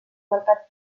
mercat